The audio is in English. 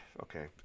okay